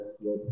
yes